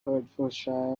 herefordshire